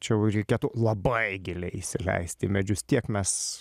čia jau reikėtų labai giliai įsileisti į medžius tiek mes